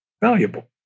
valuable